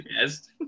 Yes